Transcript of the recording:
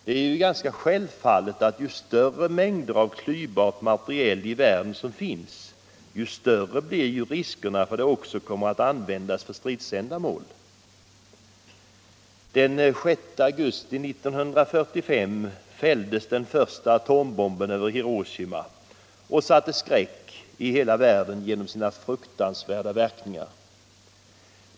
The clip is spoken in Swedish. Det är självfallet att ju större mängder av klyvbart material i världen som finns, desto större blir riskerna för att det också kommer att användas för stridsändamål. Den 6 augusti 1945 fälldes den första atombomben över Hiroshima och satte skräck i hela världen genom sina fruktansvärda verkningar.